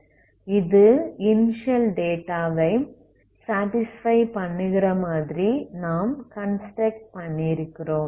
இது initial data வை satisfy பண்ணுகிற மாதிரி நாம் கன்ஸ்ட்ரக்ட் பண்ணியிருக்கிறோம்